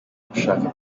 gushaka